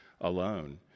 alone